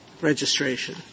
registration